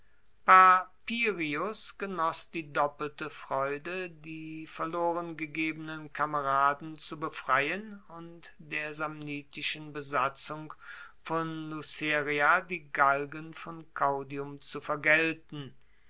papirius genoss die doppelte freude die verlorengegebenen kameraden zu befreien und der samnitischen besatzung von luceria die galgen von caudium zu vergelten